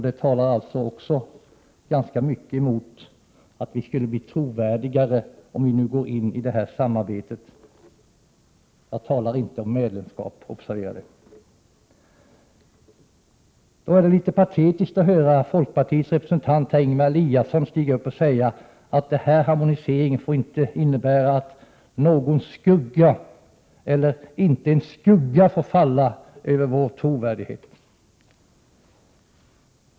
Det talar också ganska mycket emot att vi skulle bli trovärdigare om vi nu går in i EG-samarbetet. Jag talar inte om medlemskap, observera det. Då är det litet patetiskt när man hör folkpartiets representant Ingemar Eliasson stiga upp och säga beträffande harmoniseringen att inte en skugga får falla över vår trovärdighet.